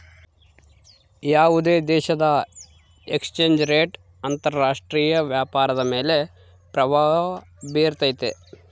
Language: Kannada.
ಯಾವುದೇ ದೇಶದ ಎಕ್ಸ್ ಚೇಂಜ್ ರೇಟ್ ಅಂತರ ರಾಷ್ಟ್ರೀಯ ವ್ಯಾಪಾರದ ಮೇಲೆ ಪ್ರಭಾವ ಬಿರ್ತೈತೆ